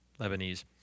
Lebanese